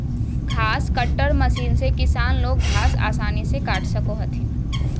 घास cutter machine से किसान लोग घास आसानी से काट सको हथिन